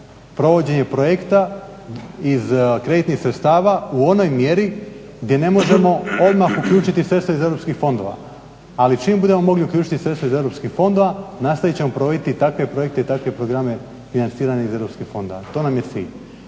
provođenje projekta iz kreditnih sredstava u onoj mjeri gdje ne možemo odmah uključiti sredstva iz europskih fondova, ali čim budemo mogli uključiti sredstva iz europskih fondova nastavit ćemo provoditi takve projekte i takve programe financiranja iz europskih fondova. To nam je cilj.